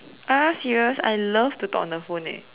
ah serious I love to talk on the phone eh